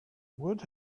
would